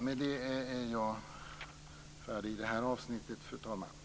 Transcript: Med detta är jag färdig i det här avsnittet, fru talman. Tack!